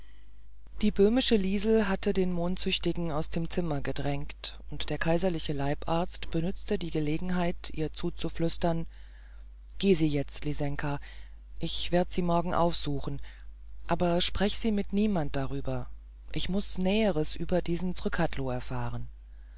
die böhmische liesel hatte den mondsüchtigen aus dem zimmer gedrängt und der kaiserliche leibarzt benützte die gelegenheit ihr zuzuflüstern geh sie jetzt lisinka ich werd sie morgen aufsuchen aber sprech sie mit niemand drüber ich muß näheres über diesen zrcadlo erfahren